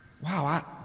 Wow